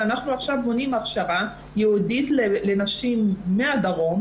אנחנו עכשיו בונים הכשרה ייעודית לנשים מן הדרום,